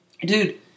Dude